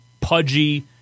pudgy